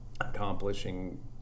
accomplishing